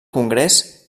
congrés